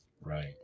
Right